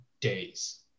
days